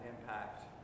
impact